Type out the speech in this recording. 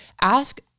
Ask